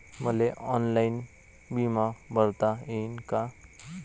मले ऑनलाईन बिमा भरता येईन का?